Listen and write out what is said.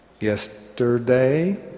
yesterday